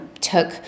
took